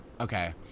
Okay